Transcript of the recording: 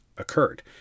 occurred